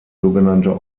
sogenannte